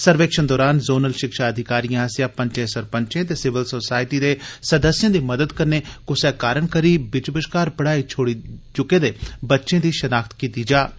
सर्वेक्षण दरान जोनल षिक्षा अधिकारिएं आस्सेआ पंचें सरपंचें ते सिविल सोसायटी दे सदस्यें दी मदद कन्नै कुसै कारण करी बिच्च बष्कार पढ़ाई छोड़ी चुके दे बच्चें दी षनाख्त कीती जाग